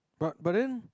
but but then